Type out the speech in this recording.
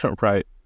Right